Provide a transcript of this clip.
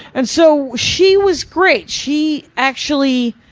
and so she was great. she actually,